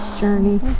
journey